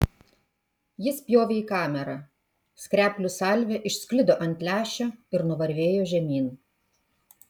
jis spjovė į kamerą skreplių salvė išsklido ant lęšio ir nuvarvėjo žemyn